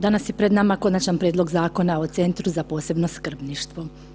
Danas je pred nama Konačan prijedlog Zakona o Centru za posebno skrbništvo.